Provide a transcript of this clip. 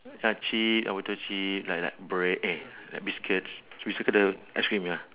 ah chi~ uh what the chi~ like like bread eh like biscuits so we circle the ice cream ya